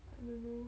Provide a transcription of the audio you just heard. I don't know